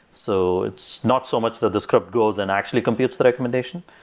so it's not so much the the script goes and actually computes the recommendation.